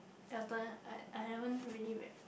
your turn I I haven't really read